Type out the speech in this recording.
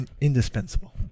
indispensable